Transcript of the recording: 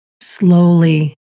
slowly